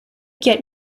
get